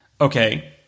Okay